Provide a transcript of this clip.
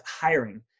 hiring